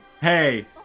Hey